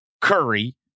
Curry